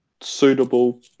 suitable